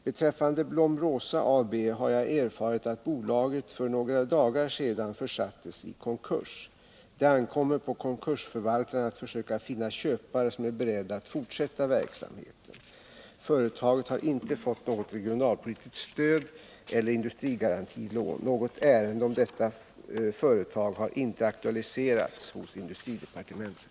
Beträffande Blom-Rosa AB har jag erfarit att bolaget för några dagar sedan försattes i konkurs. Det ankommer på konkursförvaltaren att försöka finna köpare som är beredd att fortsätta verksamheten. Företaget har inte fått något regionalpolitiskt stöd eller industrigarantilån. Något ärende om detta företag har inte aktualiserats hos industridepartementet.